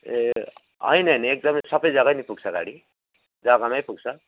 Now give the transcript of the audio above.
ए हैन हैन एकदमै सबै जग्गै नै पुग्छ गाडी जग्गामै पुग्छ